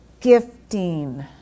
gifting